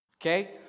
Okay